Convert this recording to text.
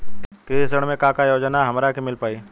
कृषि ऋण मे का का योजना हमरा के मिल पाई?